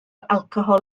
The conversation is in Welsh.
alcohol